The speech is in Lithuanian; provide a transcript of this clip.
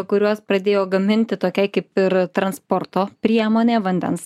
kuriuos pradėjo gaminti tokiai kaip ir transporto priemonė vandens